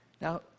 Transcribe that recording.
Now